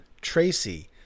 Tracy